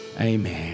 amen